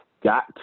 got